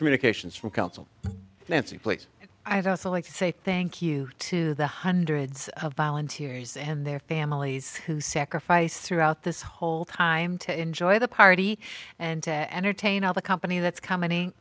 communications from council nancy place i don't like to say thank you to the hundreds of volunteers and their families who sacrifice throughout this whole time to enjoy the party and to entertain all the company that's coming